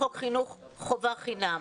בחוק חינוך חובה חינם.